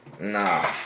Nah